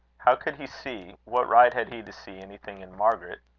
how could he see what right had he to see anything in margaret?